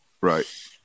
right